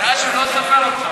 הבעיה היא שהוא לא סופר אותך.